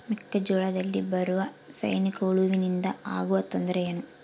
ಮೆಕ್ಕೆಜೋಳದಲ್ಲಿ ಬರುವ ಸೈನಿಕಹುಳುವಿನಿಂದ ಆಗುವ ತೊಂದರೆ ಏನು?